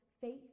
faith